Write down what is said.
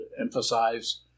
emphasize